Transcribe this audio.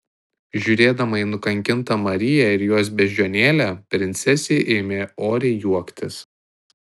žiūrėdama į nukankintą mariją ir jos beždžionėlę princesė ėmė oriai juoktis